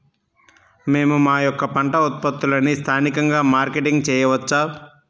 మేము మా యొక్క పంట ఉత్పత్తులని స్థానికంగా మార్కెటింగ్ చేయవచ్చా?